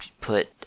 put